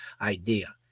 idea